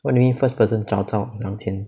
what you mean first person 找到两千